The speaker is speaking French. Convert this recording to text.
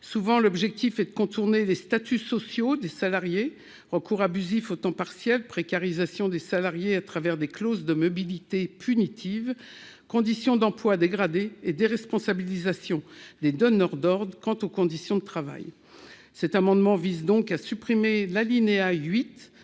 Souvent, l'objectif est de contourner les statuts sociaux des salariés : recours abusif au temps partiel, précarisation des salariés à travers des clauses de mobilité punitives, conditions d'emploi dégradées et déresponsabilisation des donneurs d'ordre quant aux conditions de travail. Cet amendement vise donc à supprimer l'alinéa 9,